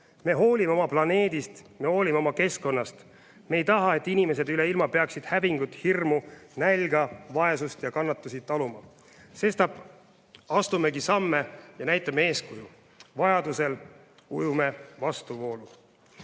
Me hoolime oma planeedist ja oma keskkonnast. Me ei taha, et inimesed üle ilma peaksid hävingut, hirmu, nälga, vaesust ja kannatusi taluma. Sestap astumegi samme ja näitame eeskuju. Vajaduse korral ujume vastuvoolu.